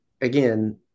again